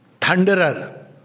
thunderer